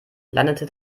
landete